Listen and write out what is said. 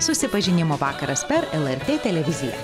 susipažinimo vakaras per lrt televiziją